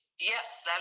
Yes